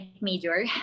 major